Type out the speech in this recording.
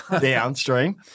downstream